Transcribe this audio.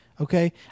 okay